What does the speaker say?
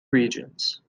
regions